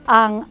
ang